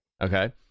okay